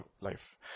life